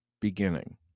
beginning